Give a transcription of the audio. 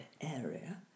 area